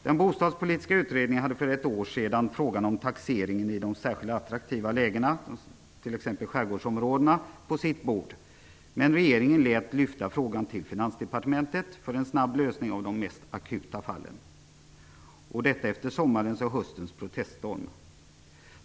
Den bostadspolitiska utredningen hade för ett år sedan frågan om taxeringen av fastigheter i särskilt attraktiva lägen, t.ex. skärgårdsområdena, på sitt bord. Men regeringen lät lyfta frågan till Finansdepartementet för en snabb lösning av de mest akuta fallen efter sommarens och höstens proteststorm.